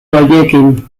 horiekin